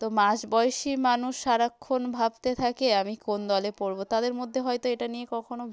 তো মাঝ বয়েসি মানুষ সারাক্ষণ ভাবতে থাকে আমি কোন দলে পড়বো তাদের মধ্যে হয়তো এটা নিয়ে কখনো